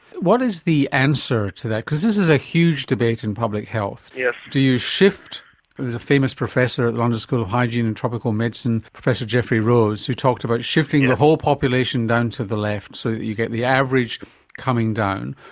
what is the answer to that? because this is a huge debate in public health. yeah do you shift, there was a famous professor at the london school of hygiene and tropical medicine, professor geoffrey rose, who talked about shifting the whole population down to the left so that you get the average coming down,